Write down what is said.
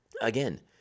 again